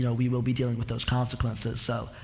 yeah we will be dealing with those consequences. so,